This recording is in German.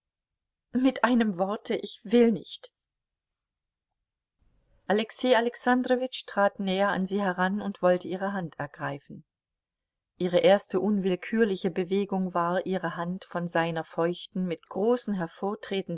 mit einem worte ich will nicht alexei alexandrowitsch trat näher an sie heran und wollte ihre hand ergreifen ihre erste unwillkürliche bewegung war ihre hand von seiner feuchten mit großen